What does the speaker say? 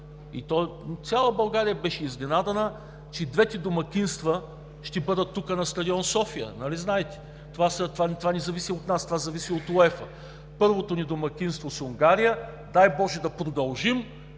цяла България беше изненадана, че двете домакинства ще бъдат на стадиона в София. Нали знаете, че не зависи от нас, а това зависи от УЕФА? Първото ни домакинство е с Унгария, дай боже да продължим,